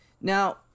Now